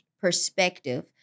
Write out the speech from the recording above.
perspective